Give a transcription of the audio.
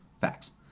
Facts